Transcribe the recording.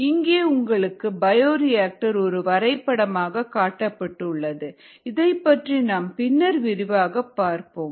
இங்கே உங்களுக்கு பயோரியாக்டர் ஒரு வரைபடமாக காட்டப்பட்டுள்ளது இதைப்பற்றி நாம் பின்னர் விரிவாகப் பார்ப்போம்